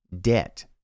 Debt